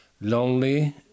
lonely